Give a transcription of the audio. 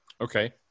Okay